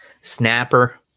snapper